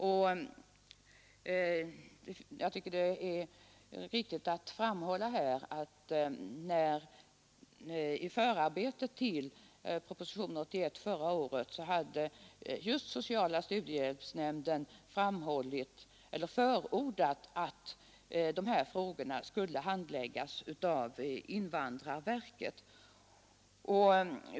Centrala studiehjälpsnämnden har också själv i förarbetet till propositionen 81 förra året förordat att de här frågorna skulle handläggas av invandrarverket.